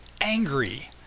angry